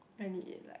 any like